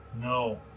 No